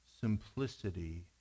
simplicity